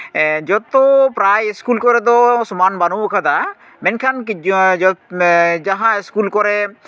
ᱡᱚᱛᱚ ᱯᱨᱟᱭ ᱤᱥᱠᱩᱞ ᱠᱚᱨᱮ ᱫᱚ ᱥᱚᱢᱟᱱ ᱵᱟᱹᱱᱩᱜ ᱠᱟᱫᱟ ᱢᱮᱱᱠᱷᱟᱱ ᱡᱟᱦᱟᱸ ᱤᱥᱠᱩᱞ ᱠᱚᱨᱮ